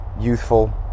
youthful